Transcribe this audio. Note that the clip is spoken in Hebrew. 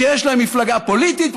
שיש להם מפלגה פוליטית,